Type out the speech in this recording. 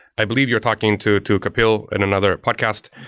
i believe you're talking to to kapil in another podcast.